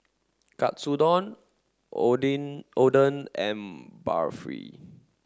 Katsudon Oden and Barfi